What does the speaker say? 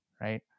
right